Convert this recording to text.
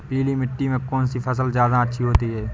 पीली मिट्टी में कौन सी फसल ज्यादा अच्छी होती है?